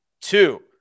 Two